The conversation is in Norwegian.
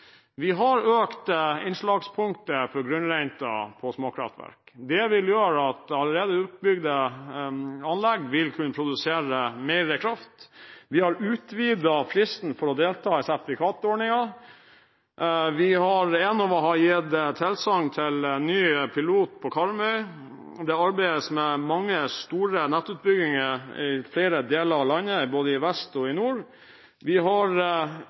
Vi har økt innslagspunktet for grunnrenten på småkraftverk. Det vil gjøre at allerede utbygde anlegg vil kunne produsere mer kraft. Vi har utvidet fristen for å delta i sertifikatordningen. Enova har gitt tilsagn til ny pilot på Karmøy, det arbeides med mange store nettutbygginger i flere deler av landet, både i vest og i nord, og vi